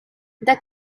their